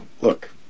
look